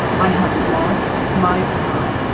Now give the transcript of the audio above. i have lost my life.